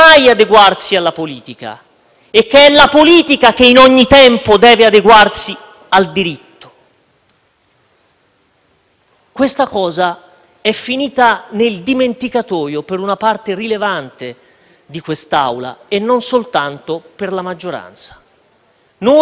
Questo principio è finito nel dimenticatoio per una parte rilevante di quest'Assemblea, e non soltanto per la maggioranza e questo sentiamo la necessità di sottolinearlo con forza. Vediamo